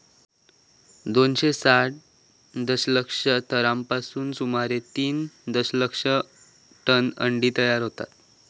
दोनशे साठ दशलक्ष थरांपासून सुमारे तीन दशलक्ष टन अंडी तयार होतत